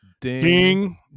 ding